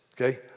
Okay